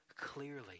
clearly